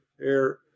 air